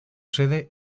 sede